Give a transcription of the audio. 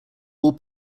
all